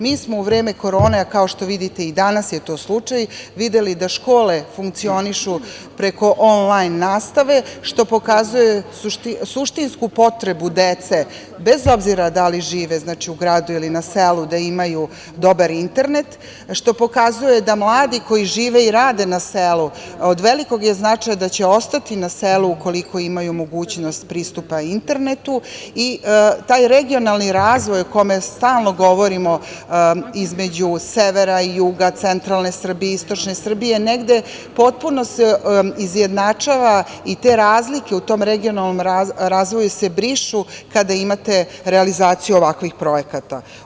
Mi smo u vreme korone, kao što vidite i danas je to slučaj, videli da škole funkcionišu preko onlajn nastave, što pokazuje suštinsku potrebu dece, bez obzira da li žive u gradu ili na selu, da imaju dobar internet, što pokazuje da mladi koji žive i rade na selu od velikog je značaja da će ostati na selu ukoliko imaju mogućnost pristupa internetu i taj regionalni razvoj o kome stalno govorimo između severa i juga, centralne Srbije i istočne Srbije, negde potpuno se izjednačava i te razlike u tom regionalnom razvoju se brišu kada imate realizaciju ovakvih projekata.